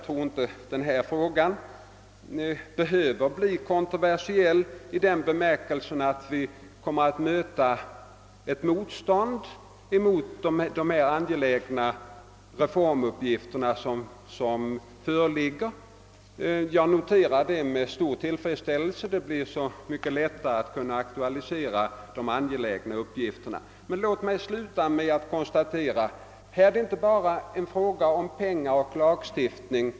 Denna fråga behöver kanske inte bli kontroversiell i den bemärkelsen, att vi i riksdagen kommer att möta ett motstånd mot fullföljande av de angelägna reformuppgifter som föreligger. Jag noterar detta med stor tillfredsställelse — det blir så mycket lättare då att kunna praktiskt genomföra angelägna samhällsuppgifter. Men låt mig sluta med att konstatera, att här är det inte bara fråga om pengar och lagstiftning.